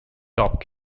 top